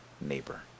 neighbor